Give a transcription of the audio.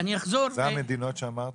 אלו המדינות שאמרת?